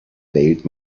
welt